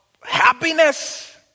happiness